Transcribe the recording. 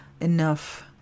enough